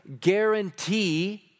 guarantee